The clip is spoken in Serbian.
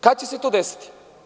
Kad će se to desiti?